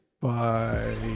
Bye